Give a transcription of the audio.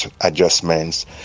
adjustments